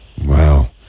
wow